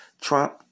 Trump